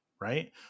right